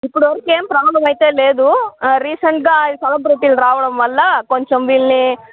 ఇప్పుడు వరకు ఏం ప్రాబ్లమ్ అయితే లేదు రీసెంట్గా సెలబ్రిటీలు రావడం వల్ల కొంచెం వీళ్ళని